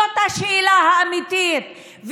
זאת השאלה האמיתית,